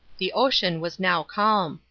the ocean was now calm.